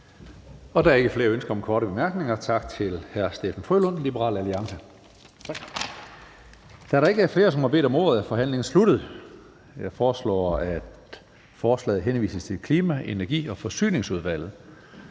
Der er ikke flere ønsker om korte bemærkninger. Vi siger tak til Steffen W. Frølund, Liberal Alliance. Da der ikke er flere, der har bedt om ordet, er forhandlingen sluttet. Jeg foreslår, at forslaget til folketingsbeslutning henvises til Klima-, Energi- og Forsyningsudvalget.